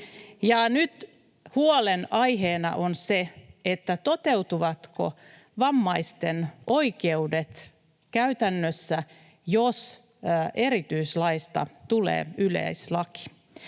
Nyt huolenaiheena on se, toteutuvatko vammaisten oikeudet käytännössä, jos erityislaista tulee yleislaki.